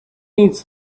needs